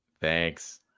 Thanks